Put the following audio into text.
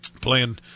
playing